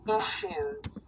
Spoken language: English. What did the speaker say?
issues